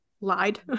lied